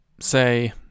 say